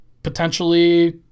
potentially